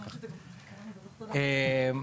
למשל,